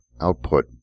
output